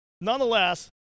Nonetheless